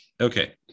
Okay